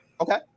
Okay